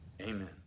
Amen